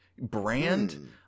brand